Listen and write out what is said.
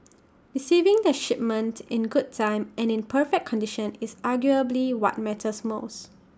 receiving their shipment in good time and in perfect condition is arguably what matters most